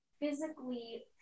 physically